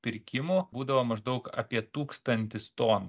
pirkimų būdavo maždaug apie tūkstantis tonų